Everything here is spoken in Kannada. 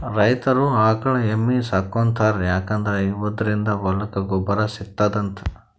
ರೈತರ್ ಆಕಳ್ ಎಮ್ಮಿ ಸಾಕೋತಾರ್ ಯಾಕಂದ್ರ ಇವದ್ರಿನ್ದ ಹೊಲಕ್ಕ್ ಗೊಬ್ಬರ್ ಸಿಗ್ತದಂತ್